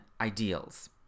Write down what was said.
ideals